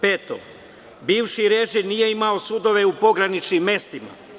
Peto, bivši režim nije imao sudove u pograničnim mestima.